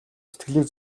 сэтгэлийг